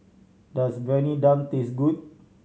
does Briyani Dum taste good